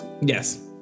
Yes